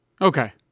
Okay